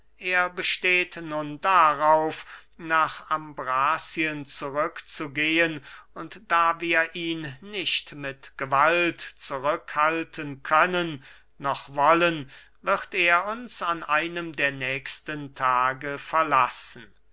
er besteht nun darauf nach ambrazien zurückzugehen und da wir ihn nicht mit gewalt zurückhalten können noch wollen wird er uns an einem der nächsten tage verlassen